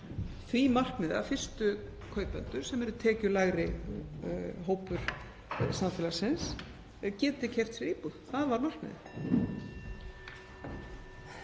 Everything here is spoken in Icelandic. því markmiði að fyrstu kaupendur, sem eru tekjulægri hópur samfélagsins, geti keypt sér íbúð. Það var markmiðið.